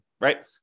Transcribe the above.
right